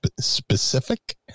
specific